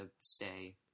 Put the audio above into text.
stay